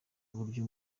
uburyo